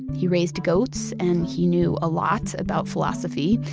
he raised goats, and he knew a lot about philosophy.